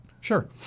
Sure